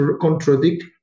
contradict